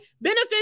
Benefit